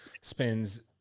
spends